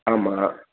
ஆமாம்